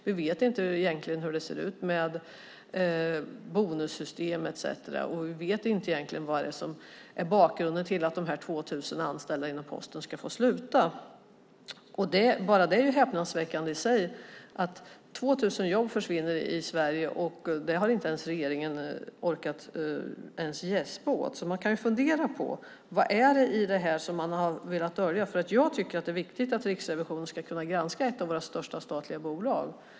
Vi vet inte hur det ser ut med bonussystem etcetera, och vi vet inte vad bakgrunden är till att de 2 000 anställda inom Posten ska få sluta. Det är häpnadsväckande i sig att 2 000 jobb försvinner i Sverige. Det har regeringen inte ens orkat gäspa åt. Man kan fundera på vad det är i det här som man har velat dölja. Jag tycker att det är viktigt att Riksrevisionen ska kunna granska ett av våra största statliga bolag.